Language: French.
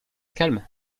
calme